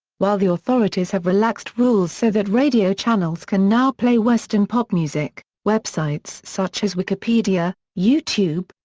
while the authorities have relaxed rules so that radio channels can now play western pop music, websites such as wikipedia, youtube,